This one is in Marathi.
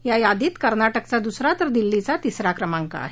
या यादीमध्ये कर्नाटकचा दुसरा तर दिल्लीचा तिसरा क्रमांक आहे